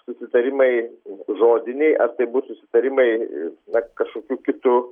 susitarimai žodiniai ar tai bus susitarimai na kažkokiu kitu